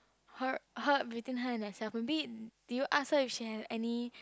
her her between her and herself did you ask her if she had any